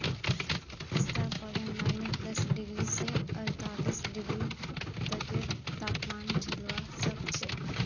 पिस्तार पौधा माइनस दस डिग्री स अड़तालीस डिग्री तकेर तापमान झेलवा सख छ